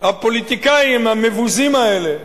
הפוליטיקאים המבוזים האלה,